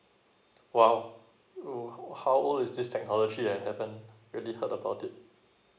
!wow! oh how old is this technology I haven't really heard about it